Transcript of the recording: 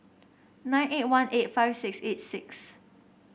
nine eight one eight five six eight six